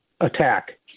attack